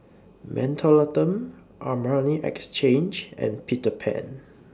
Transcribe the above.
Mentholatum Armani Exchange and Peter Pan